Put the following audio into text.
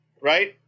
right